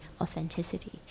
authenticity